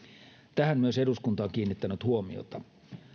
tähän myös eduskunta on kiinnittänyt huomiota